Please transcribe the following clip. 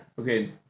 Okay